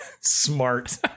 smart